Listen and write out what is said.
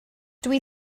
dwi